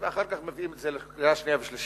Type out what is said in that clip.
ואחר כך מביאים את זה לקריאה שנייה ולקריאה